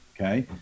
okay